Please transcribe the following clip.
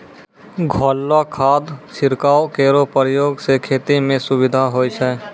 घोललो खाद छिड़काव केरो प्रयोग सें खेती म सुविधा होय छै